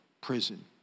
prison